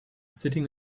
sitting